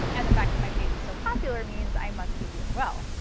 and the fact that my page was so popular means i must be doing well.